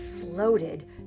floated